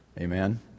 Amen